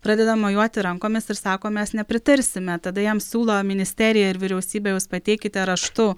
pradeda mojuoti rankomis ir sako mes nepritarsime tada jam siūlo ministerija ir vyriausybė jūs pateikite raštu